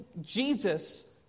Jesus